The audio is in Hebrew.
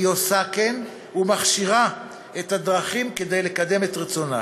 היא עושה כן ומכשירה את הדרכים כדי לקדם את רצונה.